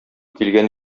килгән